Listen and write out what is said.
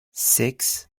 six